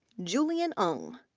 julian ng,